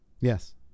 yes